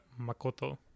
makoto